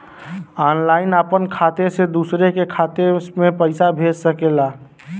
online आपन खाते से दूसर के खाते मे पइसा भेज सकेला